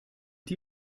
die